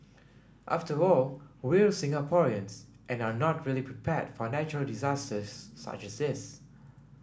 after all we're Singaporeans and are not really prepared for natural disasters such as this